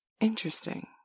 Interesting